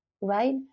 right